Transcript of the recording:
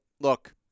Look